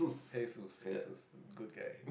hey Suess hey Suess good guy